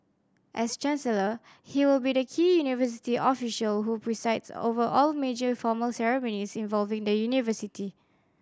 as chancellor he will be the key university official who presides over all major formal ceremonies involving the university